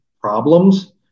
problems